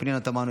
פנינה תמנו,